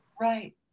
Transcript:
Right